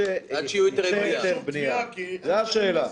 שום תביעה כי אין נזק בכלל.